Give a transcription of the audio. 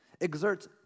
exerts